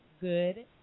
good